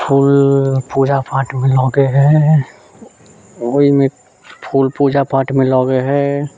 फूल पूजा पाठमे लगैत हय ओहिमे फूल पूजा पाठमे लगैत हय